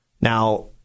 Now